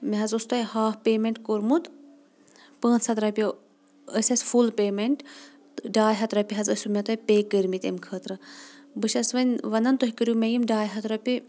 مےٚ حظ اوسوٗ تۄہہِ ہاف پے مینٹ کوٚرمُت پانٛژھ ہتھ رۄپیو ٲس اسہِ فُل پے مینٹ تہٕ ڈاے ہتھ رۄپیہِ حظ ٲسۍوٕ مےٚ تۄہہِ پے کٔرۍ مٕتۍ امہِ خٲطرٕ بہٕ چھس وۄنۍ ونان تُہۍ کٔرِو مےٚ یِم ڈاے ہتھ رۄپیہِ